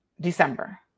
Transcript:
December